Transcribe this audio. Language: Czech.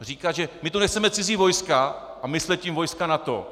Říkat, že my tu nechceme cizí vojska, a myslet tím vojska NATO.